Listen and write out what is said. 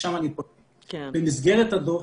במסגרת הדוח,